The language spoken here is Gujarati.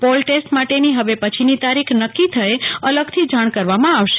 પોલ ટેસ્ટ માટેની હવે પછીની તારીખ નક્કી થયે અલગથી જાણ કરવામાં આવશે